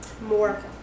More